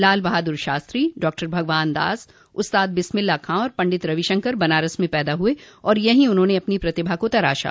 लाल Bahadur Shastri doctor Bhagwan Das Ustad Bismillah Khan और पंडित रविशंकर बनारस में पैदा हुए और यहीं उन्होंने अपनी प्रतिभा को तराशा